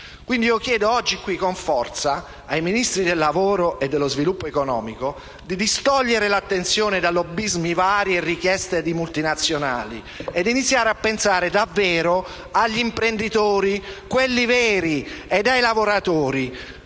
Quindi, chiedo oggi qui con forza ai Ministri del lavoro e dello sviluppo economico di distogliere l'attenzione da lobbysmi vari e da richieste di multinazionali e di iniziare a pensare davvero agli imprenditori, quelli veri, e ai lavoratori,